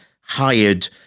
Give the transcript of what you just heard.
hired